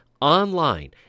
online